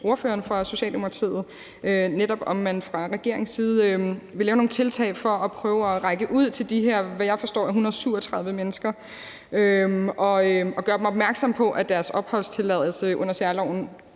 ordføreren for Socialdemokratiet, netop om man fra regeringens side vil lave nogle tiltag for at prøve at række ud til de her, hvad jeg forstår er 137 mennesker, og gøre dem opmærksom på, at deres opholdstilladelse under særloven